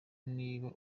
niba